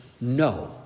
no